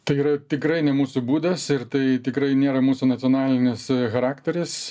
tai yra tikrai ne mūsų būdas ir tai tikrai nėra mūsų nacionalinis charakteris